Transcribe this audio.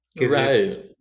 Right